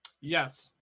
Yes